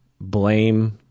blame